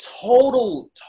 total